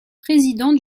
président